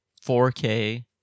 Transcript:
4K